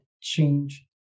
change